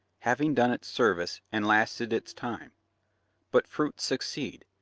havingf done its service and lasted its time but fruits succeed,